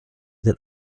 that